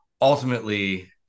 ultimately